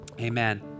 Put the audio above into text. amen